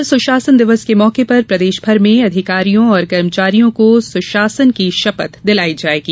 कल सुशासन दिवस के मौके पर प्रदेशभर में अधिकारियों और कर्मचारियों को सुशासन की शपथ दिलाई जायेगी